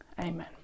Amen